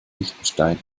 liechtenstein